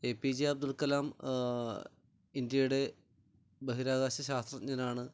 A P J Abdul Kalam ഇന്ത്യയുടെ ബഹിരാകാശ ശാസ്ത്രജ്ഞനാണ്